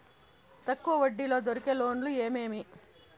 తక్కువ వడ్డీ తో దొరికే లోన్లు ఏమేమి